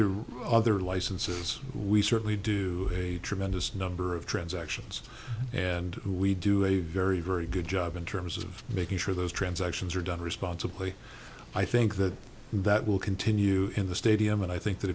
to other licenses we certainly do a tremendous number of transactions and we do a very very good job in terms of making sure those transactions are done responsibly i think that that will continue in the stadium and i think that